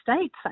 states